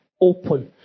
open